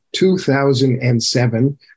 2007